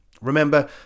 Remember